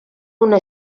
una